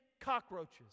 cockroaches